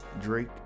Drake